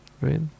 right